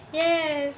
yes